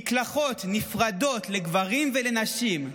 מקלחות נפרדות לגברים ולנשים.